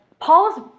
Paul's